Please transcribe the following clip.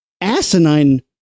asinine